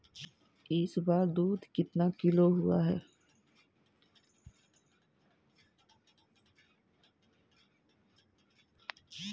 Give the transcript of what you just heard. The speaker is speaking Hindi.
इस बार दूध कितना किलो हुआ है?